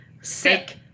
Sick